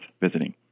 visiting